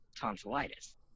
tonsillitis